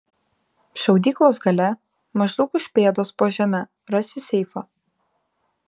šaudyklos gale maždaug už pėdos po žeme rasi seifą